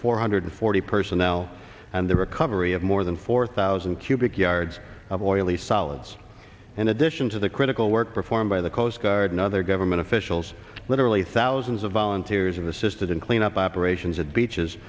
four hundred forty personnel and the recovery of more than four thousand cubic yards of oily solids and addition to the critical work performed by the coast guard and other government officials literally thousands of volunteers and assisted in cleanup operations at beaches